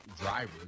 drivers